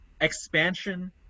expansion